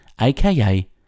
aka